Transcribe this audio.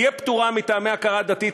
תהיה פטורה מטעמי הכרה דתית.